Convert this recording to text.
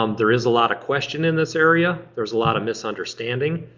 um there is a lot of question in this area. there's a lot of misunderstanding.